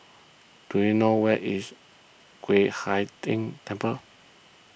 do you know where is Yueh Hai Ching Temple